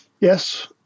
yes